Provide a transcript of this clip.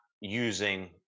using